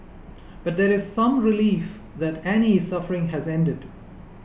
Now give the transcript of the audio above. but there is some relief that Annie's suffering has ended